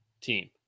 team